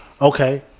Okay